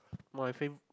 my fave